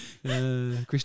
Christian